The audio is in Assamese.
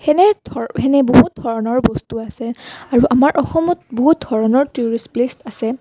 সেনে ধ সেনে বহুত ধৰণৰ বস্তু আছে আৰু আমাৰ অসমত বহুত ধৰণৰ টুৰিষ্ট প্লেচ আছে